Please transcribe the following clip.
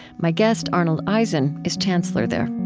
my guest, arnold eisen, is chancellor there